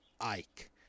Ike